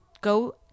go